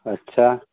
अच्छा